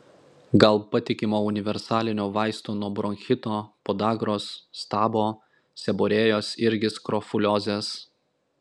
gal patikimo universalinio vaisto nuo bronchito podagros stabo seborėjos irgi skrofuliozės